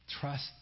Trust